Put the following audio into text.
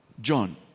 John